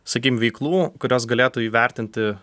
sakykim veiklų kurios galėtų įvertinti